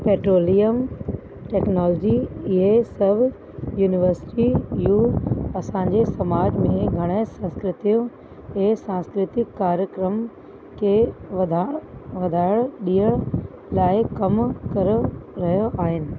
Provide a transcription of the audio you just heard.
petroleum technology इहे सभु university यू असांजे समाज में घण संस्कृतियूं ए सांस्कृतिक कार्यक्रम खे वधाए वधाइणु ॾियण लाइ कम करे रहियो आहिनि